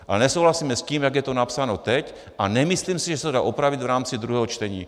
Ale nesouhlasíme s tím, jak je to napsáno teď, a nemyslím si, že se to dá opravit v rámci druhého čtení.